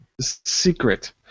secret